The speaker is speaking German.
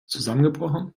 zusammengebrochen